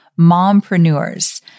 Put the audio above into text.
mompreneurs